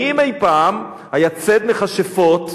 האם אי-פעם היה ציד מכשפות,